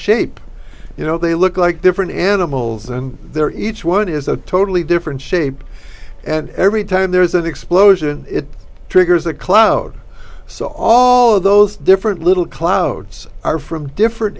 shape you know they look like different animals and they're each one is a totally different shape and every time there is an explosion it triggers a cloud so all of those different little clouds are from different